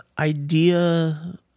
idea